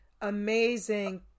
Amazing